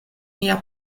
mia